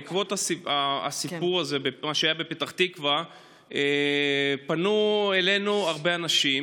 בעקבות הסיפור הזה שהיה בפתח תקווה פנו אלינו הרבה אנשים.